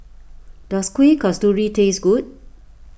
does Kueh Kasturi taste good